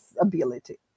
ability